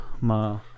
ma